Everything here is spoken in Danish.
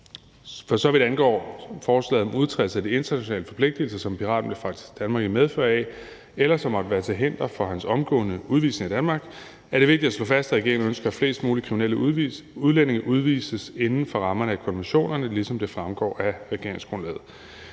For så vidt angår forslaget om udtrædelse af de internationale forpligtelser, som piraten blev fragtet til Danmark i medfør af, eller som måtte være til hinder for hans omgående udvisning af Danmark, er det vigtigt at slå fast, at regeringen ønsker, at flest mulige kriminelle udlændinge udvises inden for rammerne af konventionerne, ligesom det fremgår af regeringsgrundlaget.